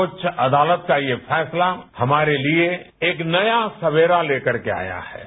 सर्वोच्च अदालत का यह फैसला हमारे लिए एक नया सर्वेरा लेकर के आया है